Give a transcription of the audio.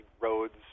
roads